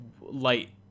light